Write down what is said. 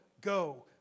go